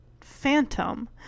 Phantom